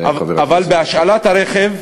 אבל על השאלת הרכב